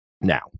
now